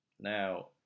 Now